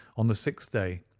on the sixth day,